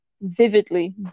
Vividly